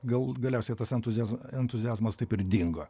gal galiausiai tas entuziaz entuziazmas taip ir dingo